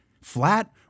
flat